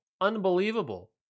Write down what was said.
Unbelievable